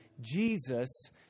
Jesus